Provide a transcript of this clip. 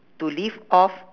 to live off